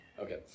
Okay